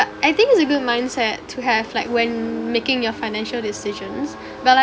I think it's a good mindset to have like when making your financial decisions but